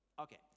Okay